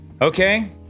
okay